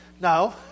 No